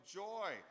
joy